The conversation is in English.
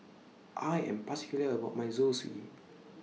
I Am particular about My Zosui